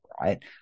right